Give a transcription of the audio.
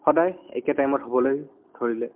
সদায় একে টাইমত হ'বলৈ ধৰিলে